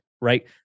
right